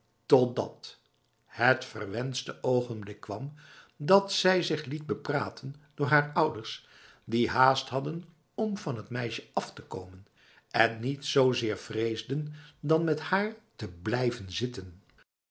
totdatj het verwenste ogenblik kwam en zij zich liet bepraten door haar ouders die haast hadden om van de meisjes af te komen en niets zozeer vreesden dan met haar te blijven zitten'l